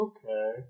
Okay